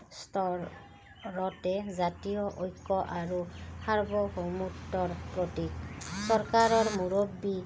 জাতীয় ঐক্য আৰু সাৰ্বভৌমত্ৱ চৰকাৰৰ মুৰব্বী